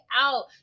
out